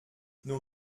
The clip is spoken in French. nos